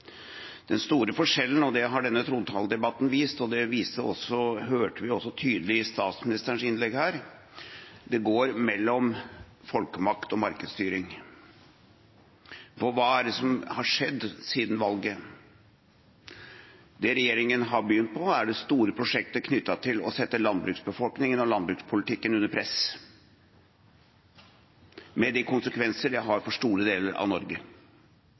Den store forskjellen – det har denne trontaledebatten vist, og det hørte vi også tydelig i statsministerens innlegg her – går mellom folkemakt og markedsstyring. Hva har skjedd siden valget? Det regjeringa har begynt på, er det store prosjektet knyttet til å sette landbruksbefolkningen og landbrukspolitikken under press, med de konsekvenser det har for store deler av Norge.